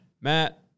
Matt